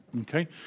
okay